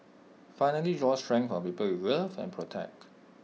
finally draw strength from the people you love and protect